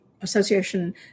association